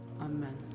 Amen